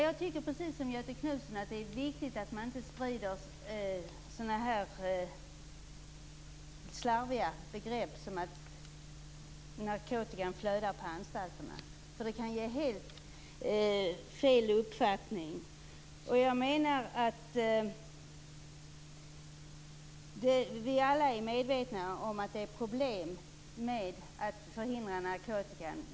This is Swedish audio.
Jag tycker precis som Göthe Knutson att det är viktigt att man inte sprider sådana slarviga uttalanden som att narkotikan flödar på anstalterna. Det kan ge helt fel uppfattning. Jag menar att vi alla är medvetna om att det finns problem med att förhindra narkotikan.